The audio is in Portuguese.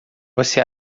você